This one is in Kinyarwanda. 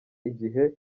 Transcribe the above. igihe